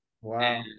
wow